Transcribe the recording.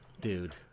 dude